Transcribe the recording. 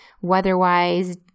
weather-wise